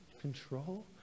control